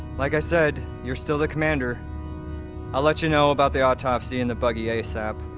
like i said, you're still the commander i'll let you know about the autopsy and the buggy asap